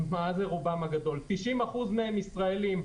90% מהם ישראלים.